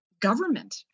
government